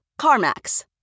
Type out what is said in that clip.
CarMax